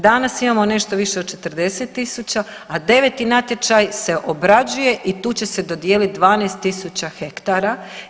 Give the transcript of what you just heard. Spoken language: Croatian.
Danas imamo nešto više od 40 tisuća, a 9. natječaj se obrađuje i tu će se dodijeliti 12 tisuća hektara.